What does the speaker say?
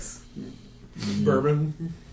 Bourbon